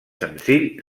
senzill